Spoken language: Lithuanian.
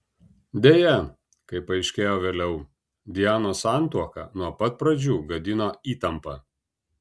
deja kaip paaiškėjo vėliau dianos santuoką nuo pat pradžių gadino įtampa